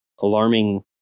alarming